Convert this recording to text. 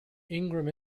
ingram